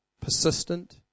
persistent